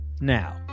Now